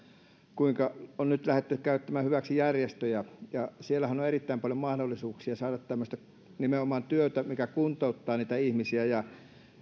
kuinka on nyt lähdetty käyttämään hyväksi järjestöjä sieltähän on erittäin paljon mahdollisuuksia saada nimenomaan tämmöistä työtä mikä kuntouttaa niitä ihmisiä